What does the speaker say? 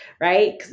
right